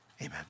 Amen